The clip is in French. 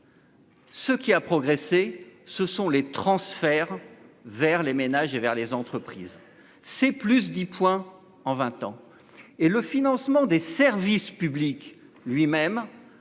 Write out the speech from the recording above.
Ce qu'il a progressé, ce sont les transferts vers les ménages et vers les entreprises, c'est plus 10 points en 20 ans et le financement des services publics lui-même